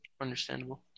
Understandable